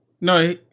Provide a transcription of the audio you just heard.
No